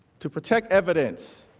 to protect evidence